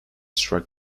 strike